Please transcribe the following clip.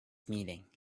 meeting